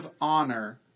honor